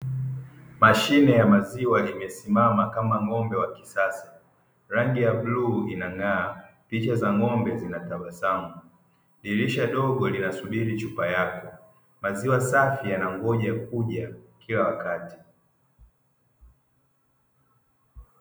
Mashine ya maziwa imesimama kama ng’ombe wa kisasa, rangi ya bluu Ina ng’aa, picha za ng’ombe zinatabasamu, dirisha dogo linasubiri picha yake; maziwa safi yanangoja kuja kila wakati.